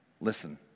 listen